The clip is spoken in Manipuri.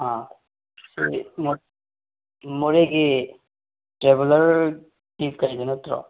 ꯑꯥ ꯃꯣꯔꯦꯒꯤ ꯇ꯭ꯔꯦꯚꯦꯜꯂꯔꯒꯤ ꯀꯩꯗꯣ ꯅꯠꯇ꯭ꯔꯣ